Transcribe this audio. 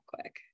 quick